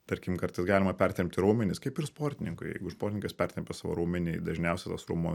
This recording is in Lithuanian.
tarkim kartais galima pertempti raumenis kaip ir sportininkui jeigu sportininkas pertempia savo raumenį dažniausiai tas raumuo